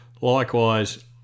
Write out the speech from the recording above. Likewise